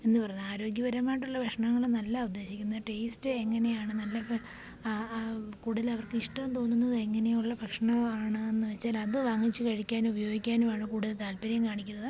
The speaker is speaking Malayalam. എന്ന് പറയുന്ന ആരോഗ്യപരമായിട്ടുള്ള ഭക്ഷണങ്ങളെന്നല്ല ഉദ്ദേശിക്കുന്നേ ടേസ്റ്റ് എങ്ങനെയാണ് നല്ല കൂടുതലും അവർക്ക് ഇഷ്ടം തോന്നുന്നത് എങ്ങനെയുള്ള ഭക്ഷണമാണെന്നു വച്ചാൽ അത് വാങ്ങിച്ചു കഴിക്കാനും ഉപയോഗിക്കാനുമാണ് കൂടുതൽ താല്പര്യം കാണിക്കുന്നത്